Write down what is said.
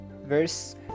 verse